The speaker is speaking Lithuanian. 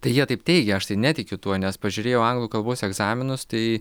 tai jie taip teigia aš tai netikiu tuo nes pažiūrėjau anglų kalbos egzaminus tai